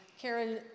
Karen